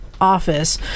office